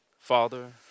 Father